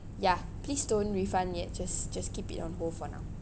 ya please don't refund yet just just keep it on hold for now